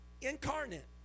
incarnate